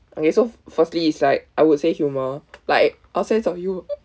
okay so firstly is like I would say humour like a sense of humour